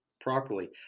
properly